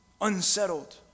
unsettled